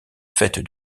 faite